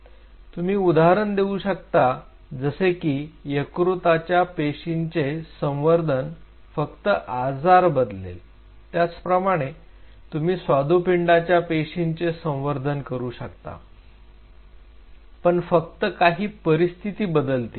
तुम्ही उदाहरण देऊ शकता जसे की यकृताच्या पेशींचे संवर्धन फक्त आजार बदलेल त्याचप्रमाणे तुम्ही स्वादुपिंडाच्या पेशींचे संवर्धन करू शकता पण फक्त काही परिस्थिती बदलतील